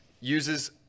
Uses